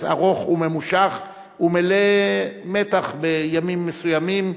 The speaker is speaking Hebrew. ארוך וממושך ומלא מתח בימים מסוימים,